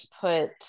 put